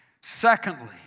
Secondly